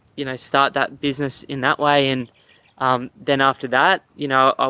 you know, start that business in that way. and then after that, you know, ah